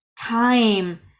Time